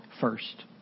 first